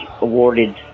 awarded